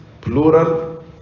plural